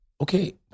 okay